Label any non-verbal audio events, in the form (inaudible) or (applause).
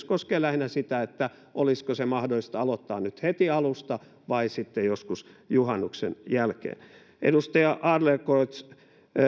(unintelligible) koskee lähinnä sitä olisiko se mahdollista aloittaa nyt heti kuun alusta vai sitten joskus juhannuksen jälkeen edustaja adlercreutz